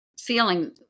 feeling